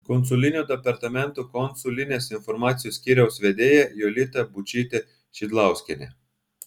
konsulinio departamento konsulinės informacijos skyriaus vedėja jolita būčytė šidlauskienė